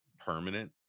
permanent